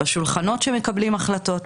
בשולחנות שמקבלים החלטות.